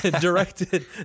Directed